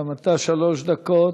גם אתה, שלוש דקות.